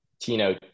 Tino